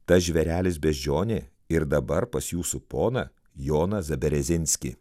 tas žvėrelis beždžionė ir dabar pas jūsų poną joną zaberezinskį